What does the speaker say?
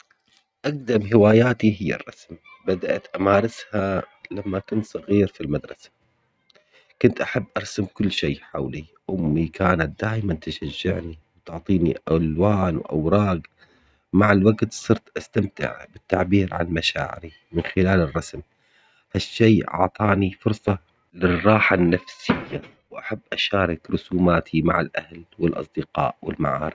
أقدم هواياتي هي الرسم، بدأت أمارسها لما كنت صغير في المدرسة كنت أحب أرسم كل شي حولي، أمي كانت دائماً تشجعني وتعطيني ألوان وأوراق مع الوقت صرت أستمتع بالتعبير عن مشاعري من خلال الرسم، هالشي أعطاني فرصة للراحة النفسية وأحب أشارك رسوماتي مع الأهل والأصدقاء والمعارف.